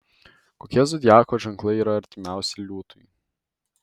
kokie zodiako ženklai yra artimiausi liūtui